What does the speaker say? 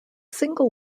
single